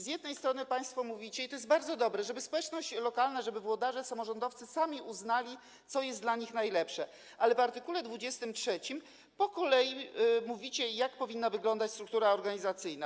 Z jednej strony państwo mówicie, i to jest bardzo dobre, żeby społeczność lokalna, włodarze, samorządowcy sami uznali, co jest dla nich najlepsze, ale w art. 23 po kolei zostało wskazane, jak powinna wyglądać struktura organizacyjna.